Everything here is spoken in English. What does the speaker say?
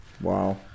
Wow